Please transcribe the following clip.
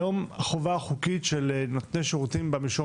היום החובה החוקית של נותני השירותים במישור